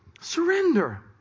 Surrender